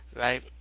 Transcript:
right